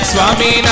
Swami